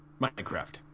Minecraft